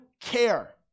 care